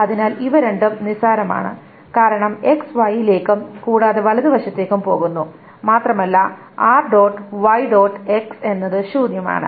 അതിനാൽ ഇവ രണ്ടും നിസ്സാരമാണ് കാരണം X Y ലേക്കും കൂടാതെ വലതുവശത്തേക്കും പോകുന്നു മാത്രമല്ല എന്നത് ശൂന്യമാണ്